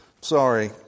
Sorry